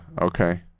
okay